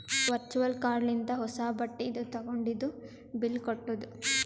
virtual card ಲಿಂತ ಹೊಸಾ ಬಟ್ಟಿದು ತಗೊಂಡಿದು ಬಿಲ್ ಕಟ್ಟುದ್